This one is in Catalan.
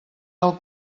del